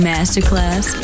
Masterclass